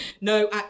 No